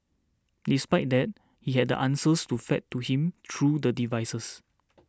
despite that he had the answers fed to him through the devices